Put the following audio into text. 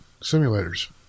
simulators